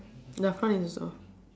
is also